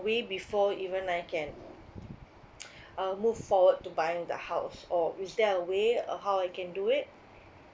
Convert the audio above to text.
way before even I can uh move forward to buying the house or is there a way uh how I can do it